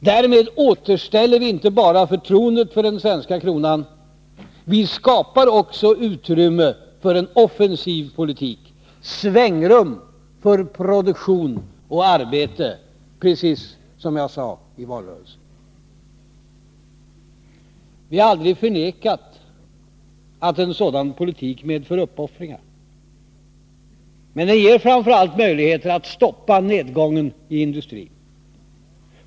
Därmed inte bara återställer vi förtroendet för den svenska kronan. Vi skapar också utrymme för en offensiv politik — svängrum för produktion och arbete, precis som vi sade i valrörelsen. Vi har aldrig förnekat att en sådan politik medför uppoffringar. Men den ger framför allt möjligheter att stoppa nedgången inom industrin.